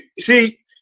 see